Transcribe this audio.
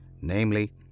namely